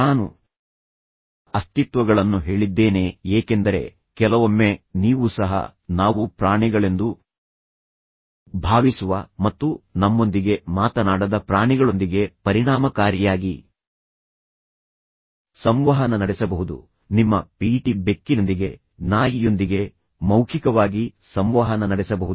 ನಾನು ಅಸ್ತಿತ್ವಗಳನ್ನು ಹೇಳಿದ್ದೇನೆ ಏಕೆಂದರೆ ಕೆಲವೊಮ್ಮೆ ನೀವು ಸಹ ನಾವು ಪ್ರಾಣಿಗಳೆಂದು ಭಾವಿಸುವ ಮತ್ತು ನಮ್ಮೊಂದಿಗೆ ಮಾತನಾಡದ ಪ್ರಾಣಿಗಳೊಂದಿಗೆ ಪರಿಣಾಮಕಾರಿಯಾಗಿ ಸಂವಹನ ನಡೆಸಬಹುದು ನಿಮ್ಮ ಬೆಕ್ಕಿನೊಂದಿಗೆ ನಾಯಿಯೊಂದಿಗೆ ಮೌಖಿಕವಾಗಿ ಸಂವಹನ ನಡೆಸಬಹುದು